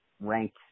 ranked